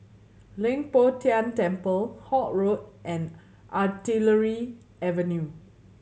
Leng Poh Tian Temple Holt Road and Artillery Avenue